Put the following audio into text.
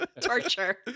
Torture